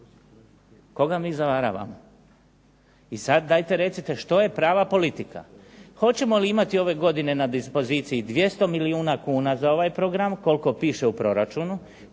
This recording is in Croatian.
Koga mi zavaravamo? I sad dajte recite što je prava politika? Hoćemo li imati ove godine na dispoziciji 200 milijuna kuna za ovaj program koliko piše u proračunu.